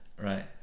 right